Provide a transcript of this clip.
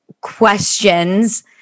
questions